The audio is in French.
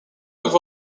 aussi